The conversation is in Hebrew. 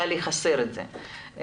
חסר לי את זה פה.